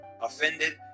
offended